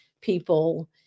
people